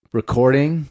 recording